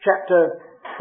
chapter